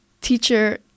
teacher